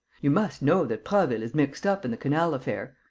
you must know that prasville is mixed up in the canal affair!